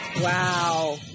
Wow